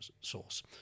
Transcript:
source